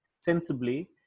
sensibly